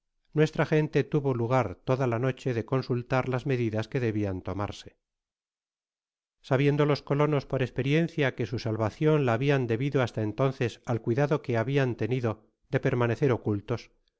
nuestra gente tavo lugar toda la noche de consultar las medidas que debian tomarse sabiendo los colonos por esperiencia que su salvacion la habian debido hasta entonces al cuidado que habian tenido de permanecer ocultos